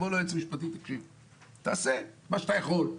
יגיד לו היועץ המשפטי: תעשה מה שאתה יכול.